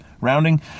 rounding